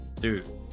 Dude